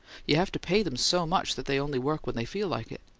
you have to pay them so much that they only work when they feel like it.